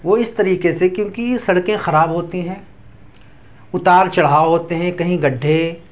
وہ اس طریقے سے کیوںکہ سڑکیں خراب ہوتی ہیں اتار چڑھاؤ ہوتے ہیں کہیں گڈھے